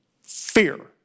fear